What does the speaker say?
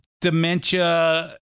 Dementia